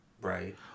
Right